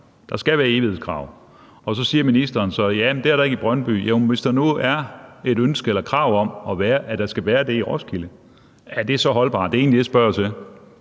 der skal være evighedskrav. Og så siger ministeren: Jamen det er der ikke i Brøndby. Men hvis der nu er et ønske eller krav om, at der skal være det i Roskilde, er det så holdbart? Det er egentlig det, jeg spørger